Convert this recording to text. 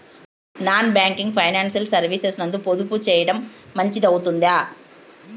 Non banking financial services నందు పొదుపు సేయడం మంచిది అవుతుందా?